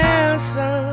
answer